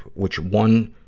which one,